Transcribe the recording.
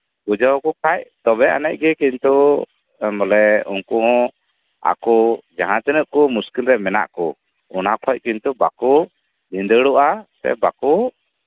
ᱵᱩᱡᱷᱟᱹᱣ ᱟᱠᱚ ᱠᱷᱟᱱ ᱛᱚᱵᱮ ᱟᱹᱱᱤᱡ ᱜᱮ ᱠᱤᱱᱛᱩ ᱵᱚᱞᱮ ᱩᱱᱠᱩ ᱦᱚᱸ ᱠᱤᱱᱛᱩ ᱡᱟᱸᱦᱟ ᱛᱤᱱᱟᱹᱜ ᱠᱚ ᱢᱩᱥᱠᱤᱞ ᱨᱮ ᱢᱮᱱᱟᱜ ᱠᱚ ᱚᱱᱟ ᱠᱷᱚᱡ ᱠᱤᱱᱛᱩ ᱵᱟᱠᱚ ᱵᱷᱤᱫᱟᱹᱲᱚᱜᱼᱟ ᱥᱮ ᱵᱟᱠᱚ